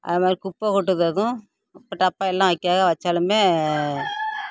அது மாதிரி குப்பை கொட்டுததும் இப்போ டப்பா எல்லாம் வைக்கா வச்சாலும்